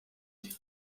iki